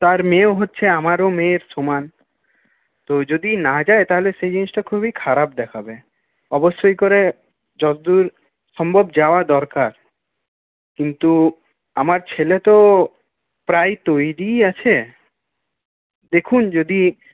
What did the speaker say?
তার মেয়েও হচ্ছে আমারও মেয়ের সমান তো যদি না যাই তাহলে সেই জিনিসটা খুবই খারাপ দেখাবে অবশ্যই করে যদ্দূর সম্ভব যাওয়া দরকার কিন্তু আমার ছেলে তো প্রায় তৈরিই আছে দেখুন যদি